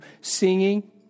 singing